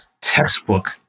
textbook